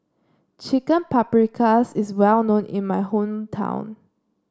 Chicken Paprikas is well known in my hometown